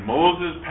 Moses